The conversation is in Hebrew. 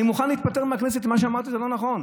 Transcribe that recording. אני מוכן להתפטר מהכנסת אם מה שאמרתי לא נכון.